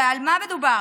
ועל מה מדובר?